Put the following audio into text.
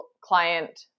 client